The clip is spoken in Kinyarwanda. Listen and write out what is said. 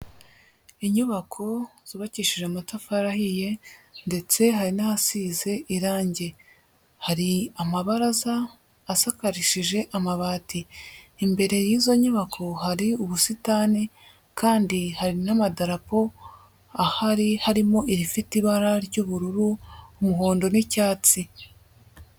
Inyubako zubakishije amatafari ahiye, ndetse hari n'ahasize irange, hari amabaraza asakarishije amabati, imbere y'izo nyubako hari ubusitani kandi hari n'amadarapo ahari, harimo irifite ibara ry'ubururu, umuhondo n'icyatsi.